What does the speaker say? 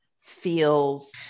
feels